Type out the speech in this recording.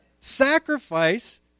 Sacrifice